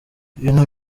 ibintu